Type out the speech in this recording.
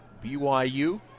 BYU